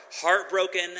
heartbroken